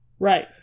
Right